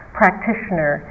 practitioner